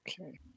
okay